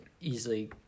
easily